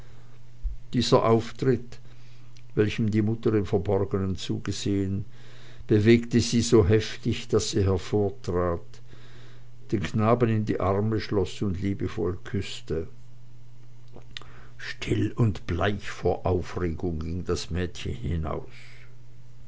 dieser auftritt welchem die mutter im verborgenen zugesehen bewegte sie so heftig daß sie hervortrat den knaben in die arme schloß und liebevoll küßte still und bleich vor aufregung ging das mädchen hinaus